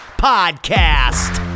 podcast